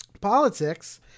Politics